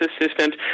assistant